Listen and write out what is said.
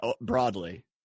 broadly